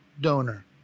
donor